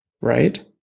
Right